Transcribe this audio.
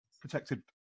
protected